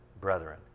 brethren